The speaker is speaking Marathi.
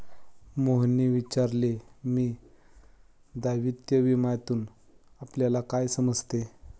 मोहनने विचारले की, दायित्व विम्यातून आपल्याला काय समजते?